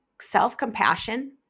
self-compassion